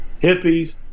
hippies